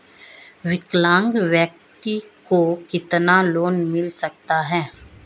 विकलांग व्यक्ति को कितना लोंन मिल सकता है?